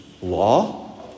law